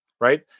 right